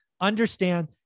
Understand